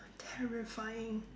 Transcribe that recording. terrifying